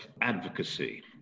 advocacy